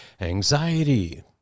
anxiety